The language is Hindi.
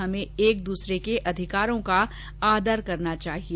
हमे एक दूसरे के अधिकारों का आदर करना चाहिए